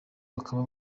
bakaba